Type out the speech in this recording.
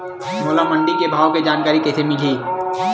मोला मंडी के भाव के जानकारी कइसे मिलही?